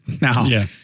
Now